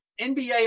NBA